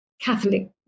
Catholic